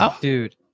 dude